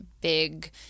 big